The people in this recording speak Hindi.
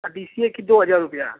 बी सी ए कि दो हजार रुपये